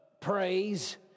praise